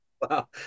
wow